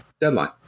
deadline